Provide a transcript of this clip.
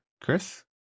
Chris